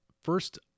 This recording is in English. First